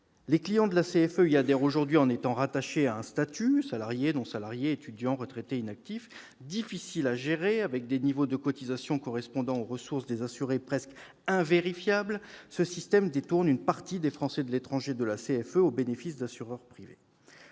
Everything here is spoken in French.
Les clients de la CFE y adhèrent en étant rattachés à un statut : salariés, non-salariés, étudiants, retraités, inactifs. Difficile à gérer, avec des niveaux de cotisations correspondant aux ressources des assurés presque invérifiables, ce système détourne une partie des Français de l'étranger de la CFE au bénéfice d'assureurs privés.